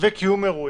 וקיום אירועים.